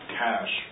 cash